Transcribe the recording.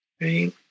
right